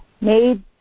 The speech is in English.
made